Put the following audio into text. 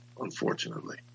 unfortunately